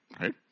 Right